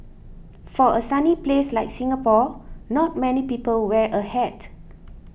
for a sunny place like Singapore not many people wear a hat